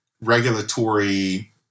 regulatory